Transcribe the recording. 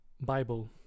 Bible